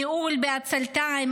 ניהול בעצלתיים,